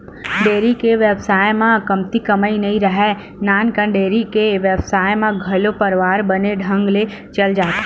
dairy के बेवसाय म कमती कमई नइ राहय, नानकन डेयरी के बेवसाय म घलो परवार बने ढंग ले चल जाथे